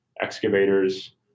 excavators